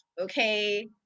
okay